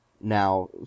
now